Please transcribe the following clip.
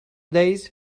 days